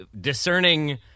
discerning